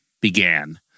began